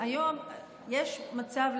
היום יש מצב,